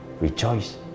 rejoice